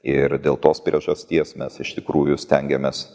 ir dėl tos priežasties mes iš tikrųjų stengiamės